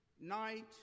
night